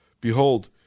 Behold